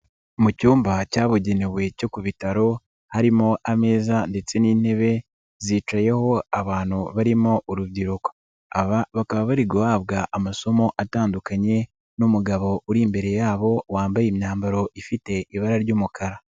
Mu cyumba cyabugenewe cyo ku bitaro harimo ameza ndetse n'intebe, zicayeho abantu barimo urubyiruko, aba bakaba bari guhabwa amasomo atandukanye n'umugabo uri imbere yabo wambaye imyambaro ifite ibara ry'umukara.